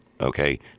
Okay